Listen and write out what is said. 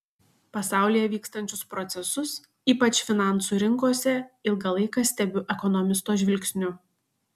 pasaulyje vykstančius procesus ypač finansų rinkose ilgą laiką stebiu ekonomisto žvilgsniu